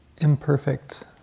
imperfect